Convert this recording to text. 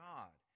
God